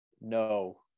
No